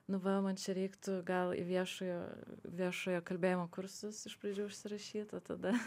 nu va man čia reiktų gal į viešojo viešojo kalbėjimo kursus iš pradžių užsirašyt o tada